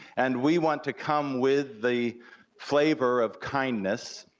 and we want to come with the flavor of kindness,